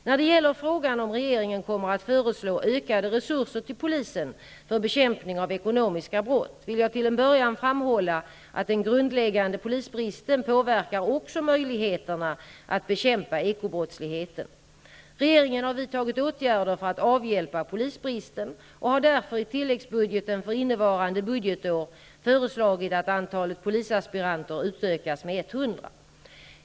När det gäller frågan om regeringen kommer att föreslå ökade resurser till polisen för bekämpning av ekonomiska brott vill jag till en början framhålla att den grundläggande polisbristen också påverkar möjligheterna att bekämpa ekobrottsligheten. Regeringen har vidtagit åtgärder för att avhjälpa polisbristen och har därför i tilläggsbudgeten för innevarande budgetår föreslagit att antalet polisaspiranter utökas med 100.